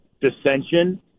dissension